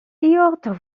oto